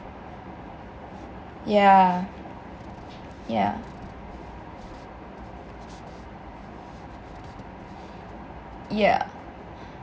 yeah yeah yeah